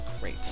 Great